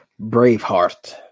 Braveheart